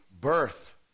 birth